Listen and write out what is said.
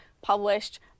published